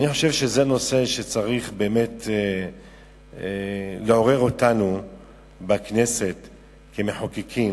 אני חושב שזה נושא שצריך באמת לעורר אותנו בכנסת כמחוקקים,